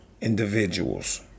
individuals